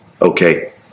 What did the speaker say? Okay